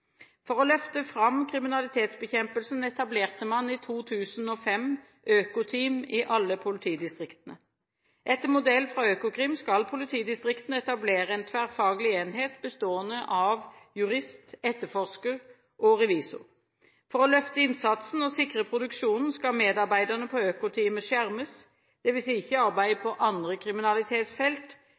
For å løfte fram kriminalitetsbekjempelsen etablerte man i 2005 økoteam i alle politidistriktene. Etter modell fra Økokrim skal politidistriktene etablere en tverrfaglig enhet bestående av jurist, etterforsker og revisor. For å løfte innsatsen og sikre produksjonen skal medarbeiderne på økoteamet skjermes, dvs. ikke arbeide på andre kriminalitetsfelt